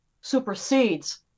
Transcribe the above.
supersedes